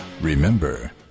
Remember